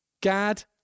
Gad